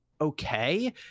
okay